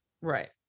right